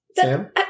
Sam